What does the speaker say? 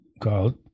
called